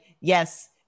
yes